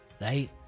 right